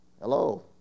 Hello